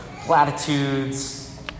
platitudes